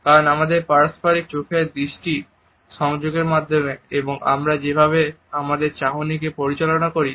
কারণ আমাদের পারস্পরিক চোখের দৃষ্টি সংযোগের মাধ্যমে এবং আমরা যেভাবে আমাদের চাহনিকে পরিচালনা করি